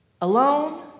alone